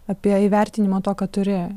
apie įvertinimą to ką turi